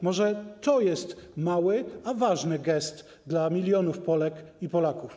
Może to jest mały, a ważny gest dla milionów Polek i Polaków?